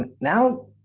now